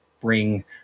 bring